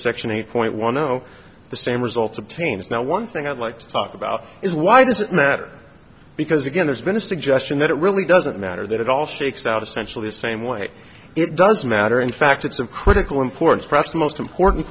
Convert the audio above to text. section eight point one zero the same results obtains now one thing i'd like to talk about is why does it matter because again there's been a suggestion that it really doesn't matter that it all shakes out essentially the same way it does matter in fact it's of critical importance perhaps the most important